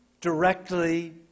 directly